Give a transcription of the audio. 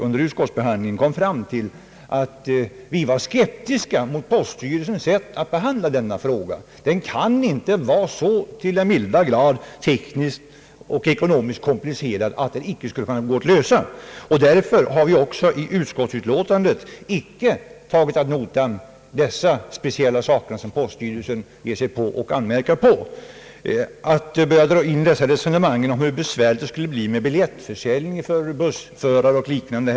Under utskottsbehandlingen kom vi fram till att vi alla var skeptiska mot poststyrelsens sätt att behandla denna fråga. Den enigheten var ju glädjande. Det kan inte vara så till den milda grad tekniskt och ekonomiskt komplicerat, att problemet inte skulle gå att lösa. Därför har vi heller inte i utskottsutlåtandet tagit ad notam de speciella saker poststyrelsen anmärker på. Varför skall man behöva dra in ett resonemang om hur besvärligt det skulle bli med biljettförsäljningen för bussförare och liknande?